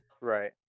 Right